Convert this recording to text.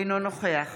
אינו נוכח